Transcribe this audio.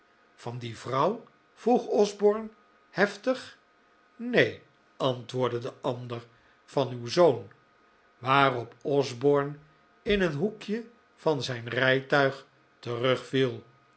van die vrouw vroeg osborne heftig neen antwoordde de ander van uw zoon waarop osborne in een hoekje van zijn rijtuig terugviel